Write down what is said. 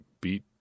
beat